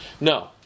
No